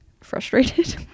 frustrated